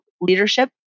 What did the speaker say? leadership